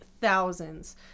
thousands